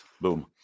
Boom